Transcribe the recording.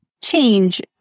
change